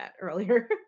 earlier